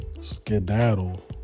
skedaddle